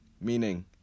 meaning